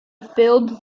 filled